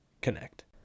connect